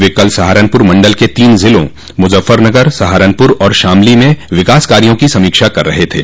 वे कल सहारनपुर मंडल के तीन जिलों मुजफ्फरनगर सहारनपुर और शामली में विकास कार्यो की समीक्षा कर रहे थे